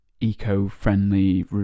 eco-friendly